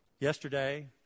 yesterday